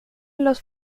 los